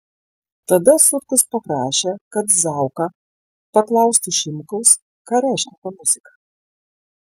tada sutkus paprašė kad zauka paklaustų šimkaus ką reiškia ta muzika